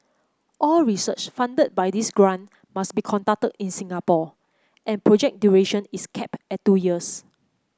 all research funded by this grant must be conducted in Singapore and project duration is cap at two years